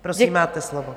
Prosím, máte slovo.